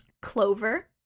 clover